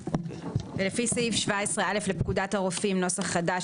ולפי סעיף 17א לפקודת הרופאים [נוסח חדש],